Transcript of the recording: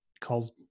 calls